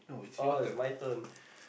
oh is my turn